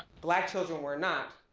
black children were not,